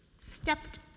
stepped